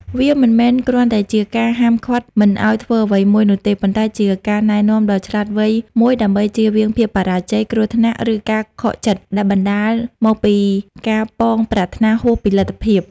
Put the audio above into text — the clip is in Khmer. វាមិនមែនគ្រាន់តែជាការហាមឃាត់មិនឲ្យធ្វើអ្វីមួយនោះទេ ប៉ុន្តែជាការណែនាំដ៏ឆ្លាតវៃមួយដើម្បីជៀសវាងភាពបរាជ័យ គ្រោះថ្នាក់ ឬការខកចិត្តដែលបណ្តាលមកពីការប៉ងប្រាថ្នាហួសពីលទ្ធភាព។